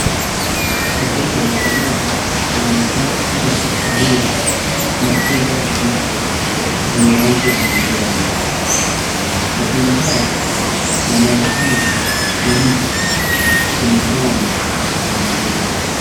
Mkona ya mtu mmoja unaonekana umeshikilia matunda ya ndizi yenye rangi ya manjano. Matunda haya yanaonekana kuiva kulingana na rangi yake.